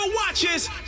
watches